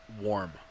warm